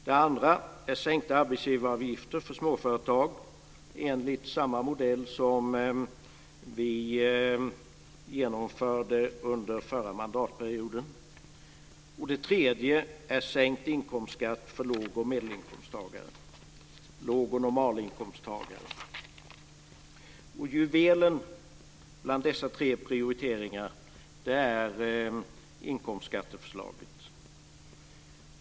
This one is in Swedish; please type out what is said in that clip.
Det andra är sänkta arbetsgivaravgifter för småföretag enligt samma modell som vi genomförde under den förra mandatperioden. Det tredje är sänkt inkomstskatt för låg och normalinkomsttagare. Juvelen bland dessa tre prioriteringar är inkomstskatteförslaget.